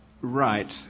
right